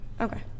okay